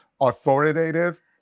authoritative